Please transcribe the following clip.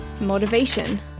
motivation